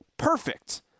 perfect